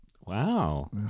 Wow